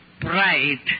pride